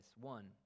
One